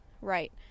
Right